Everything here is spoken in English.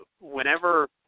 whenever